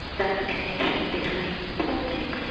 that's a connection between politics,